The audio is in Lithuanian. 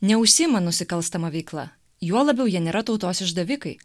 neužsiima nusikalstama veikla juo labiau jie nėra tautos išdavikai